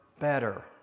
better